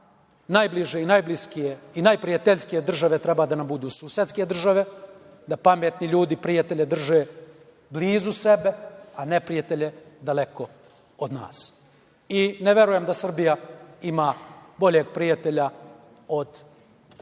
najbliskije i najprijateljskije države treba da nam budu susedne države, da pametni ljudi prijatelje drže blizu sebe, a neprijatelje daleko od nas. Ne verujem da Srbija ima boljeg prijatelja od države